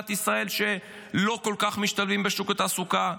ישראל שלא כל כך משתלבים בשוק התעסוקה,